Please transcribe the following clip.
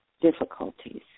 difficulties